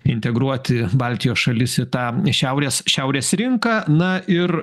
integruoti baltijos šalis į tą šiaurės šiaurės rinką na ir